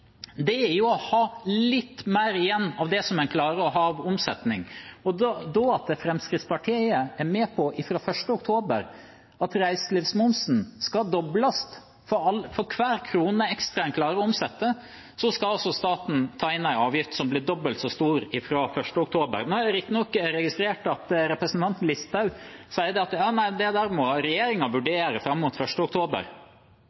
å ha litt mer igjen av det en klarer og ha av omsetning. Fremskrittspartiet er med på at reiselivsmomsen skal dobles fra 1. oktober – for hver krone ekstra en klarer å omsette, skal staten ta inn en avgift som blir dobbelt så stor fra 1. oktober. Nå har jeg riktignok registrert at representanten Listhaug sier at regjeringen må vurdere det